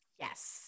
Yes